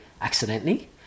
accidentally